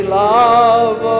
love